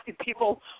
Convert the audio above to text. people